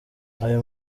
ayo